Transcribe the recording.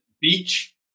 beach